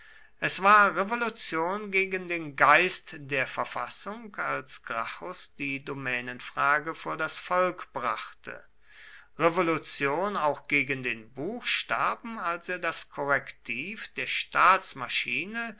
es war revolution gegen den geist der verfassung als gracchus die domänenfrage vor das volk brachte revolution auch gegen den buchstaben als er das korrektiv der